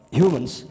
humans